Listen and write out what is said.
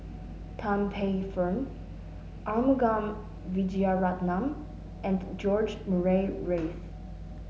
Tan Paey Fern Arumugam Vijiaratnam and George Murray Reith